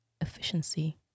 efficiency